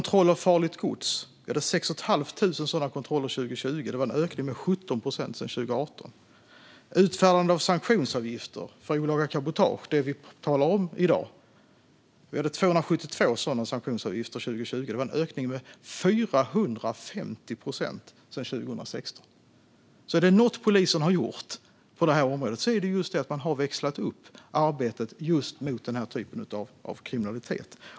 Samma år gjordes 6 500 kontroller av farligt gods, vilket var en ökning med 17 procent sedan 2018. År 2020 utfärdades också 272 sanktionsavgifter för olaga cabotage, som vi talar om i dag. Det var en ökning med hela 450 procent sedan 2016. Är det något polisen har gjort på det här området är det just att man har växlat upp arbetet mot den här typen av kriminalitet.